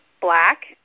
black